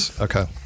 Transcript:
Okay